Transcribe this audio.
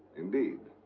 indeed.